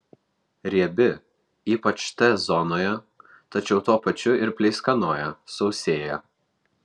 riebi ypač t zonoje tačiau tuo pačiu ir pleiskanoja sausėja